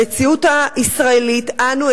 במציאות הישראלית אנו,